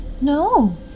No